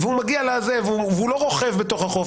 הוא לא רוכב בתוך החוף,